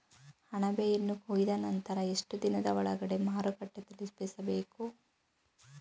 ಅಣಬೆಯನ್ನು ಕೊಯ್ದ ನಂತರ ಎಷ್ಟುದಿನದ ಒಳಗಡೆ ಮಾರುಕಟ್ಟೆ ತಲುಪಿಸಬೇಕು?